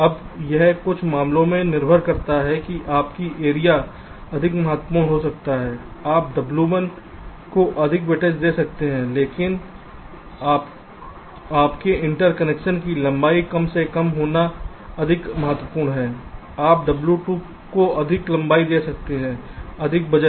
अब यह कुछ मामलों में निर्भर करता है कि आपका एरिया अधिक महत्वपूर्ण हो सकता है आप w1 को अधिक वेटेज दे सकते हैं लेकिन आपके इंटरकनेक्शन की लंबाई कम से कम होना अधिक महत्वपूर्ण है आप w2 को अधिक लंबाई दे सकते हैं अधिक वजन